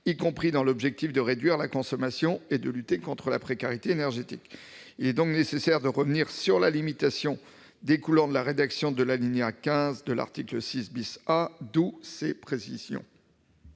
y compris dans l'objectif de réduire la consommation et de lutter contre la précarité énergétique. Il est donc nécessaire de revenir sur la limitation découlant de la rédaction de l'alinéa 15 de l'article 6 A. Quel est l'avis